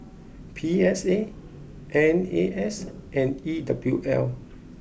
P S A N A S and E W L